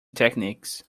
techniques